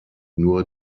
nur